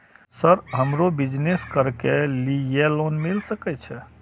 Sir हमरो business करके ली ये लोन मिल सके छे?